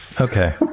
Okay